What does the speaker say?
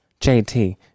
jt